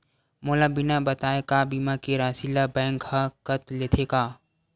मोला बिना बताय का बीमा के राशि ला बैंक हा कत लेते का?